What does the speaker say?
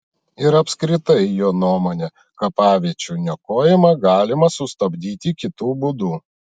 ir apskritai jo nuomone kapaviečių niokojimą galima sustabdyti kitu būdu